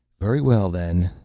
very well then.